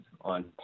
on